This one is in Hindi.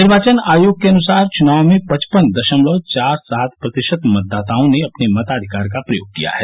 निर्वाचन आयोग के अनुसार चुनाव में पचपन दशमलव चार सात प्रतिशत मतदाताओं ने अपने मताधिकार का प्रयोग किया है